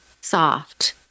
soft